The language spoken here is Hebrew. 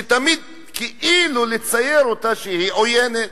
שתמיד כאילו לצייר אותה שהיא עוינת,